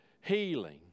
healing